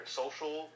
social